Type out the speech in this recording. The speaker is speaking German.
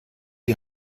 die